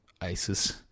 ISIS